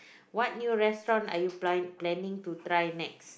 what new restaurant are you plan planning to try next